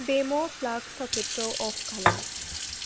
वेम' प्लाग सकेटखौ अफ खालाम